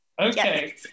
Okay